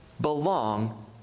belong